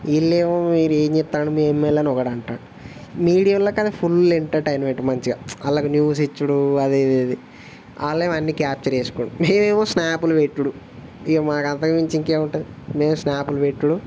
వీళ్ళేమో మీరేం చెప్తున్నాడు మీ ఎంఎల్ఏ అని ఒకడంటున్నాడు మీడియోల్లకని ఫుల్ ఎంటర్టైన్మెంట్ మంచిగా వాళ్ళకి న్యూస్ ఇచ్చుడు అదీ అది వాళ్ళేమో అన్నీ క్యాప్చ్యూర్ చేసుకుం వీళ్ళేమో స్న్యాపులు పెట్టుడు ఇంకా మాకంతకుమించి మాకేముంటుంది నేను స్న్యాపులు పెట్టుడు